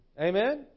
Amen